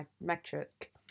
metric